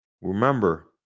remember